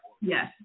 Yes